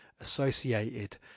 associated